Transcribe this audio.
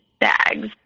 bags